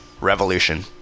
Revolution